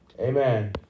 Amen